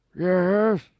Yes